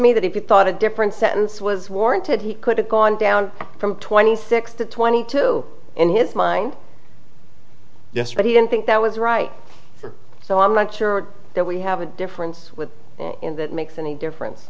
me that if you thought a different sense was warranted he could have gone down from twenty six to twenty two in his mind yes but he didn't think that was right for so i'm not sure that we have a difference with him that makes any difference